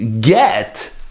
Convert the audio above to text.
get